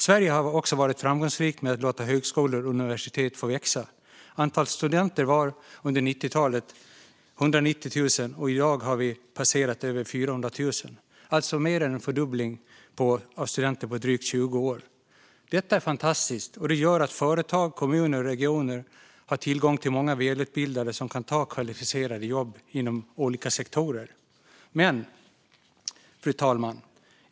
Sverige har också varit framgångsrikt med att låta högskolor och universitet få växa. Antalet studenter var under 1990-talet 190 000, och i dag har vi passerat över 400 000, alltså mer än en fördubbling på drygt 20 år. Detta är fantastiskt, och det gör att företag, kommuner och regioner har tillgång till många välutbildade som kan ta kvalificerade jobb inom olika sektorer. Fru talman!